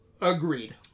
agreed